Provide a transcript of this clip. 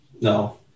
No